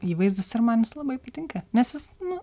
įvaizdis ir man jis labai patinka nes jis nu